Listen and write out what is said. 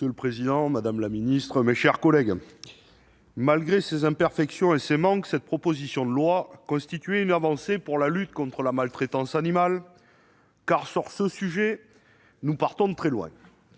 Monsieur le président, madame la secrétaire d'État, mes chers collègues, malgré ses imperfections et ses manques, cette proposition de loi constituait une avancée pour la lutte contre la maltraitance animale, car sur ce sujet nous partons de très loin.